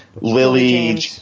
Lily